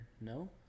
No